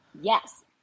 Yes